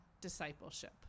discipleship